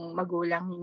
magulang